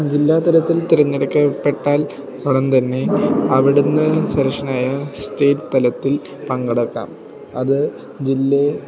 ജില്ലാ തലത്തിൽ തിരഞ്ഞെടുക്കപ്പെട്ടാൽ ഉടൻ തന്നെ അവിടുന്ന് സെലെക്ഷനായാൽ സ്റ്റേറ്റ് തലത്തിൽ പങ്കെടുക്കാം അത് ജില്ലേ